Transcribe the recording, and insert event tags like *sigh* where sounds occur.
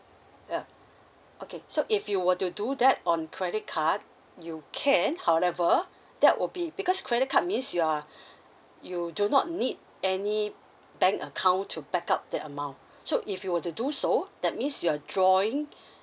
ya okay so if you were to do that on credit card you can however that will be because credit card means you're *breath* you do not need any bank account to back up that amount so if you were to do so that means you're drawing